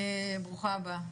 ברוכה הבאה.